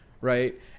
right